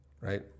right